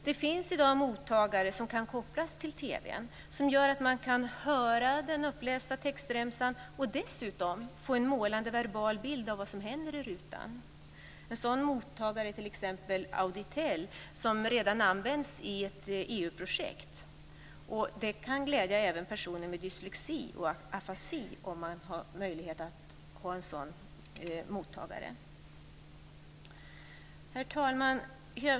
Det finns i dag mottagare som kan kopplas till TV:n som gör att man kan höra den upplästa textremsan och dessutom få en målande verbal bild av vad som händer i rutan. En sådan mottagare är t.ex. Auditel som redan används i ett EU-projekt. Även personer med dyslexi och afasi kan ha glädje av en sådan mottagare. Herr talman!